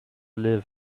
live